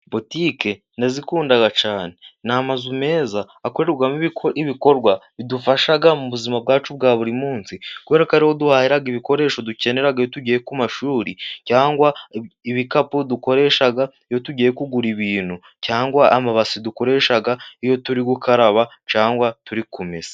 Butike ndazikunda cyane, ni amazu meza akorerwamo ibikorwa bidufasha mu buzima bwacu bwa buri munsi, kubera ko ari ho duhahira ibikoresho dukenera tugiye ku mashuri, cyangwa ibikapu dukoresha iyo tugiye kugura ibintu, cyangwa amabasi dukoresha iyo turi gukaraba cyangwa turi kumesa.